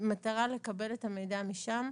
במטרה לקבל את המידע משם.